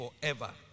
forever